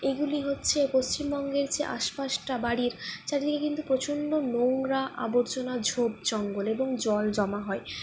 এগুলি হচ্ছে পশ্চিমবঙ্গের যে আশপাশটা বাড়ির চারদিকে কিন্তু প্রচন্ড নোংরা আবর্জনা ঝোপ জঙ্গল এবং জল জমা হয়